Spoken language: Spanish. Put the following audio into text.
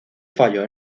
fallo